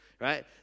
right